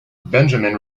benjamin